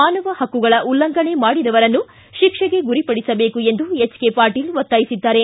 ಮಾನವ ಹಕ್ಕುಗಳ ಉಲ್ಲಂಘನೆ ಮಾಡಿದವರಿಗೆ ಶಿಕ್ಷೆಗೆ ಗುರಿಪಡಿಸಬೇಕು ಎಂದು ಒತ್ತಾಯಿಸಿದ್ದಾರೆ